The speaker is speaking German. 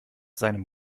seinem